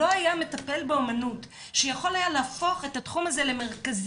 מכיוון שלא היה מטפל באומנות שיכול היה להפוך את התחום הזה למרכזי,